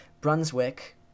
brunswick